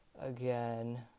again